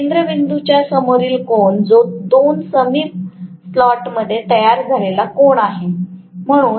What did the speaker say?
हा केंद्रबिंदूच्या समोरील कोन जो 2 समीप स्लॉटद्वारे तयार झालेला कोन आहे